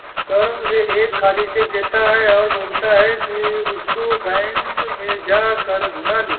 सौरभ मुझे एक खाली चेक देता है और बोलता है कि इसको बैंक में जा कर भुना लो